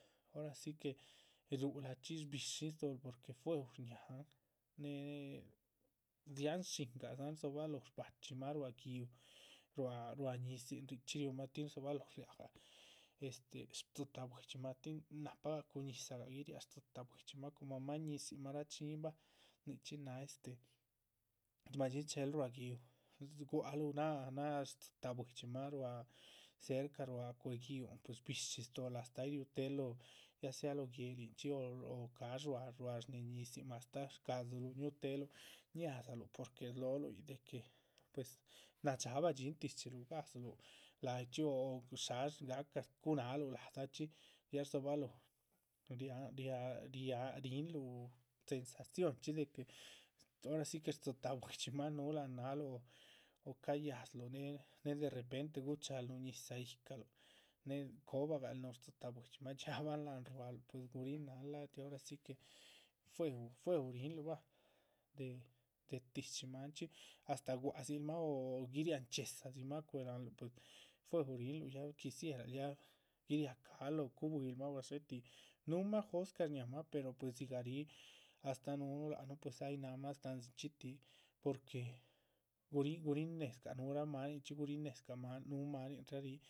Hora si que rúhulachxi shbi´shin stóhol porque fuehu sháñahan néhe dziahan shingadzan rdzobalóho shbachximah ruá gi´uh, ruá ruá ñizihn richxí riúmah. tin rdzobalóho riáh gah este rdzitáh buidximah tin nahpagah cun ñizahagah guiriáha sdzitáh buidximah, coma máan ñizihnmah rachiñihin bah nihcxíhin nin náha este. madxi chéhel ruá gi´uh, gua´c luh náha náha sdzitáh buidximah, ruá cerca ruá cuéhe giúh, pues shbi´shi stóhol astáh ay riútehel lóho ya sea guélihn chxí o o. cash ruá ruá shnéhes shñízinmah astáh shcadxíluh ñúhuteheluh, ñádzaluh porque slóholuh yíc de que pues nadxaabah dxíhin tíshiluh gazluh la´yichxí o shásh ga´cah. cúhu náhaaluh ladachxí ya rdzobalóho riá riáha riá ríhinluh sensaciónchxi de que ora si que sdzitáh buidximahn núhu lpahan náhaaluh o cayázluh née née derrepente. gucháhal núhun ñizah yíc, yíhcaluh néhe cobah gal núhu sdzitáh buidximah dxiábahl láhan ruáluh pues, gurihin náhan lác ora si que fuehu fuehu rihinluh bah de de tíshi manchxí. astáh gua´c dzil mah o guitiáha nchxíedza dzimah cuéhe lahanluh ues fuehu rihinluh ya o quisieraluh ya giriacahal o cubuihilmah o gadxétih núhumah jóscah shñáhamah. peor pues dzigah ríh astáh núhunuh lác nuh pues ya náhamah tan dzichxí tih porque guríhn guríhn nédza núhura manchxí guríhn nédza núhurah maninrahrih